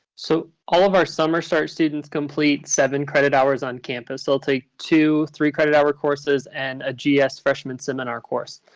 so all of our summer start students complete seven credit hours on campus. they'll take two three-credit hour courses and a gs freshman seminar course.